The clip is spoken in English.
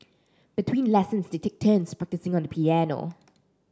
between lessons they take turns practising on the piano